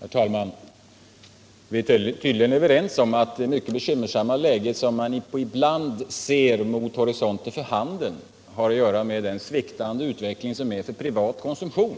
Herr talman! Vi är tydligen överens om att det mycket bekymmersamma läge som man ibland ser mot horisonten och nu är för handen har att göra med den sviktande utveckling som präglar privat konsumtion.